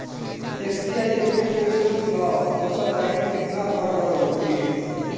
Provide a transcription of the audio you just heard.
SBI के देख के सोच ल दोसर बैंक केतना बड़ बड़ होखी